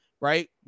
right